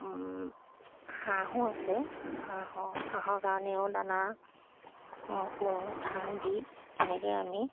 হাঁহো আছে হাঁহৰ হাঁহৰ কাৰণেও দানা তুঁহ ধান দি তেনেকৈ আমি